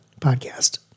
podcast